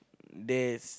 this